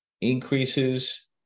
increases